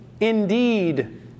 indeed